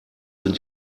sind